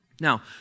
Now